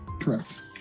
Correct